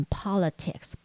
politics